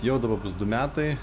jau dabar bus du metai